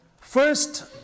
First